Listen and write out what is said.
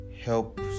help